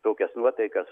tokias nuotaikas